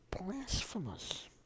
blasphemous